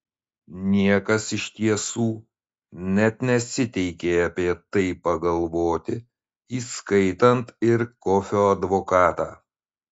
niekas iš tiesų net nesiteikė apie tai pagalvoti įskaitant ir kofio advokatą